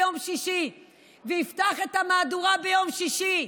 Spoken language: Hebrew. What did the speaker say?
ביום שישי ויפתח את המהדורה ביום שישי,